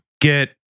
get